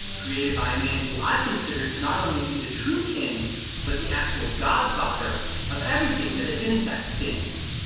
created by a man who i consider to not only be the true king but the actual godfather of everything that is insect stings,